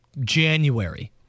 January